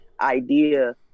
idea